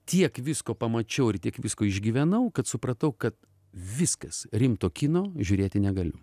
tiek visko pamačiau ir tiek visko išgyvenau kad supratau kad viskas rimto kino žiūrėti negaliu